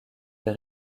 des